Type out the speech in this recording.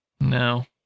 No